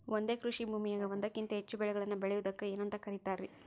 ಒಂದೇ ಕೃಷಿ ಭೂಮಿಯಾಗ ಒಂದಕ್ಕಿಂತ ಹೆಚ್ಚು ಬೆಳೆಗಳನ್ನ ಬೆಳೆಯುವುದಕ್ಕ ಏನಂತ ಕರಿತಾರಿ?